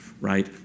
right